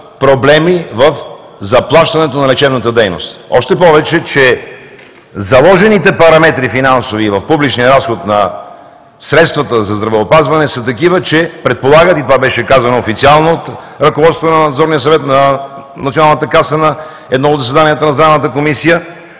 проблеми в заплащането на лечебната дейност. Още повече, че заложените параметри – финансови и в публичния разход на средствата за здравеопазване са такива, че предполагат, и това беше казано официално от ръководството на Надзорния съвет на Националната каса на едно от заседанията на Здравната комисия,